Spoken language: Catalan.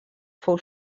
fou